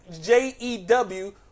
j-e-w